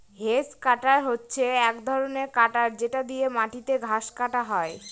hedge cutter হচ্ছে এক ধরনের কাটার যেটা দিয়ে মাটিতে ঘাস কাটা হয়